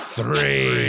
three